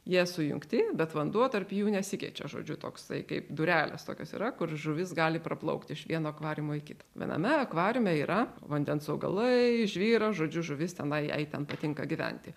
jie sujungti bet vanduo tarp jų nesikeičia žodžiu toksai kaip durelės tokios yra kur žuvis gali praplaukti iš vieno akvariumo į kitą viename akvariume yra vandens augalai žvyras žodžiu žuvis tenai jai ten patinka gyventi